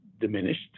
diminished